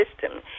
system